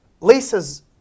Lisa's